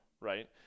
right